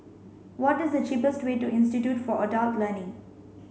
what is the cheapest way to Institute for Adult Learning